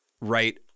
right